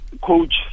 Coach